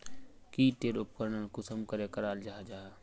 की टेर उपकरण कुंसम करे कराल जाहा जाहा?